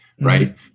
right